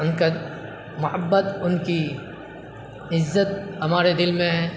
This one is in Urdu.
ان کا محبت ان کی عزت ہمارے دل میں ہے